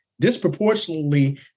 disproportionately